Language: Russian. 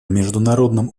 международном